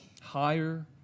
higher